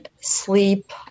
Sleep